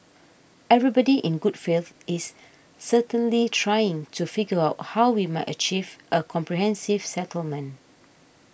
everybody in good faith is certainly trying to figure out how we might achieve a comprehensive settlement